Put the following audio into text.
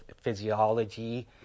physiology